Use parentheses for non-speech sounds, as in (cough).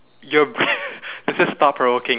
your (breath) this is thought provoking